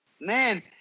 Man